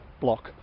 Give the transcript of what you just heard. block